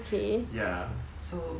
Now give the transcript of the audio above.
ya so